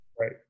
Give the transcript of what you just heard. Right